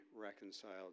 reconciled